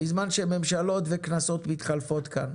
בזמן שממשלות וכנסות מתחלפות כאן.